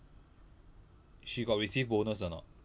she got receive bonus or not